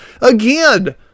Again